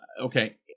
okay